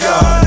God